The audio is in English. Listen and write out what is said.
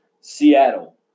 Seattle